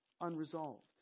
unresolved